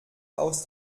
aus